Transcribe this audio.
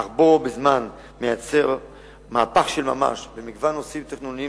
אך בו בזמן מייצר מהפך של ממש במגוון נושאים תכנוניים,